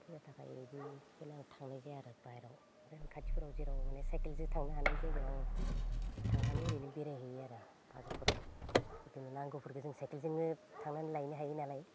फैसा थाखा इदि ओंखायनो आं थांनाय जाया आरो बाहेरायाव ओंखायनो आं खाथिफोराव जेराव माने सायखेलजो थांनो हानाय जायगायाव थांनानै ओरैनो बेराय हैयो आरो बाजारफोराव जिखुनु नांगौफोरखौ जों सायखेलजोंनो थांनानै लायनो हायोनालाय